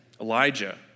Elijah